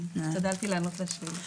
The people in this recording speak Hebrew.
השתדלתי לאנות לשאלות.